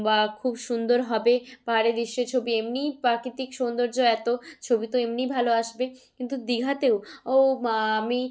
বা খুব সুন্দর হবে পাহাড়ে দৃশ্যের ছবি এমনিই প্রাকৃতিক সৌন্দর্য এত ছবি তো এমনিই ভালো আসবে কিন্তু দীঘাতেও ও আমি